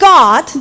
God